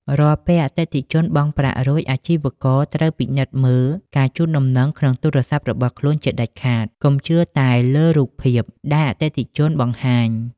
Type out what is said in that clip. រាល់ពេលអតិថិជនបង់ប្រាក់រួច អាជីវករត្រូវពិនិត្យមើល ការជូនដំណឹងក្នុងទូរស័ព្ទ របស់ខ្លួនជាដាច់ខាត កុំជឿតែលើរូបភាព ដែលអតិថិជនបង្ហាញ។